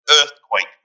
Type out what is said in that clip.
earthquake